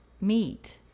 meat